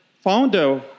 founder